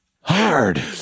Hard